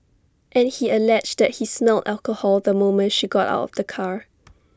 and he alleged that he smelled alcohol the moment she got out of the car